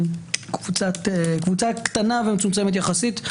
קבוצה קטנה ומצומצמת יחסית.